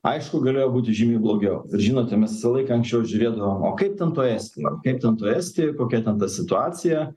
aišku galėjo būti žymiai blogiau ir žinote mes visą laiką anksčiau žiūrėdavom o kaip ten toj estijoj kaip ten toj estijoj kokia ten ta situacija